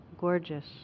gorgeous